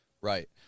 Right